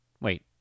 Wait